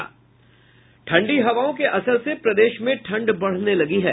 ठंडी हवाओं के असर से प्रदेश में ठंड बढ़ने लगी है